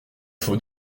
faut